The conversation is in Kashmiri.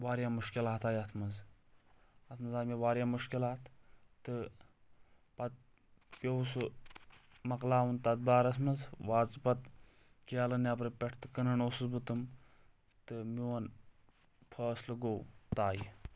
واریاہ مُشکلات آیہِ اتھ منٛز اتھ منٛز آیہِ مےٚ واریاہ مُشکلات تہٕ پتہٕ پٮ۪و سُہ مۄکلاوُن تتھ بارس منٛز واژٕ پتہٕ کیلہٕ نٮ۪برٕ پٮ۪ٹھ تہٕ کٕنان اوسُس بہٕ تِم تہٕ میون فٲصلہٕ گوٚو تاے